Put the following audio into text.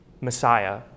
Messiah